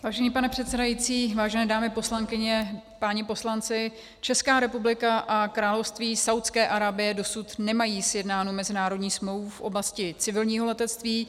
Vážený pane předsedající, vážené dámy poslankyně, páni poslanci, Česká republika a Království Saúdské Arábie dosud nemají sjednánu mezinárodní smlouvu v oblasti civilního letectví.